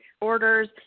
orders